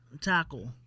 tackle